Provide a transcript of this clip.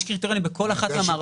יש קריטריונים בכל אחת מהמערכות.